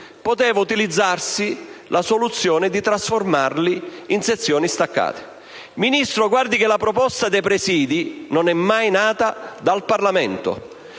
poteva utilizzarsi la soluzione di trasformarli in sezioni distaccate. Signora Ministro, guardi che la proposta dei presidi non è mai nata dal Parlamento: